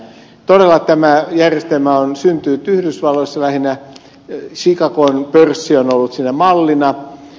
todella tämä järjestelmä on syntynyt yhdysvalloissa lähinnä chicagon pörssi on ollut siinä mallina